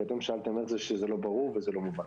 אתם שאלתם איך זה שזה לא ברור ולא מובן.